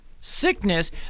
Sickness